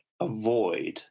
avoid